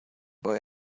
boy